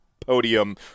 podium